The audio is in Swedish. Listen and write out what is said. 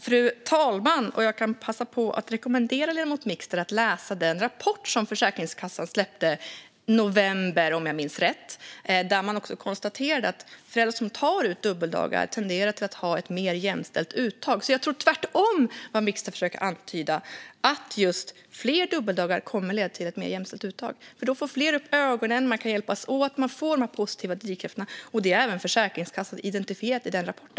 Fru talman! Jag kan passa på att rekommendera ledamoten Mixter att läsa den rapport som Försäkringskassan släppte i november, om jag minns rätt. Där konstaterar man att föräldrar som tar ut dubbeldagar tenderar att ha ett mer jämställt uttag. Jag tror alltså att det är tvärtom mot vad Mixter försöker antyda: Fler dubbeldagar kommer att leda till ett mer jämställt uttag. Då får fler upp ögonen, och man kan hjälpas åt. Man får de positiva drivkrafterna, och detta har alltså även Försäkringskassan identifierat i sin rapport.